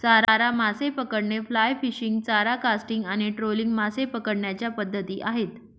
चारा मासे पकडणे, फ्लाय फिशिंग, चारा कास्टिंग आणि ट्रोलिंग मासे पकडण्याच्या पद्धती आहेत